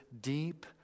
deep